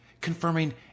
confirming